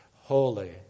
holy